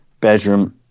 bedroom